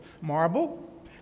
marble